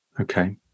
Okay